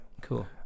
cool